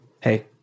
hey